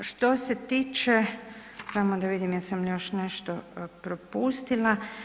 Što se tiče, samo da vidim jesam li još nešto propustila.